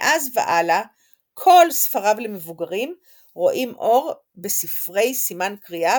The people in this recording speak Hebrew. מאז והלאה כל ספריו למבוגרים רואים אור בספרי סימן קריאה,